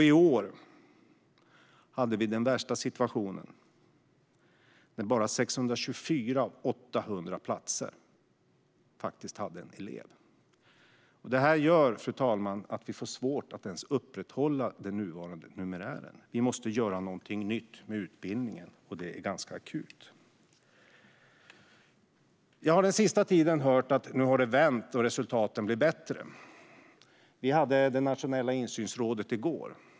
I år hade vi den värsta situationen då bara 624 av 800 platser hade en elev. Detta gör, fru talman, att det blir svårt att upprätthålla ens den nuvarande numerären. Vi måste göra någonting nytt med utbildningen, och det är ganska akut. Under den senaste tiden har jag hört att det har vänt och att resultaten har blivit bättre. Vi hade möte i det nationella insynsrådet i går.